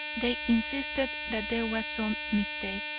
they insisted that there was some mistake,